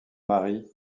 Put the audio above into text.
mari